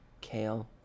kale